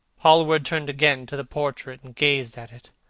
hallward turned again to the portrait and gazed at it.